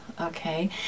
okay